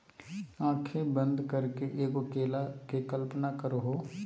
आँखें बंद करके एगो केला के कल्पना करहो